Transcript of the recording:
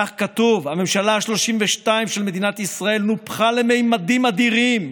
כך כתוב: הממשלה השלושים-ושתיים של מדינת ישראל נופחה לממדים אדירים.